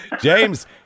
James